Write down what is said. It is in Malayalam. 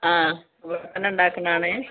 ആ വീട്ടുന്നുണ്ടാക്കുന്നത് ആണ്